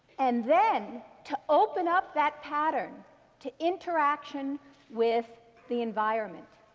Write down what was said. and then to open up that pattern to interaction with the environment